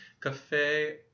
Cafe